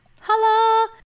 Hello